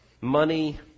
money